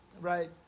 right